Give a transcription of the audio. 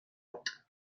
bat